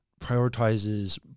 prioritizes